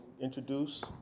introduce